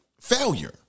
failure